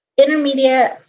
intermediate